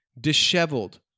disheveled